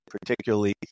particularly